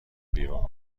بیرون